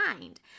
mind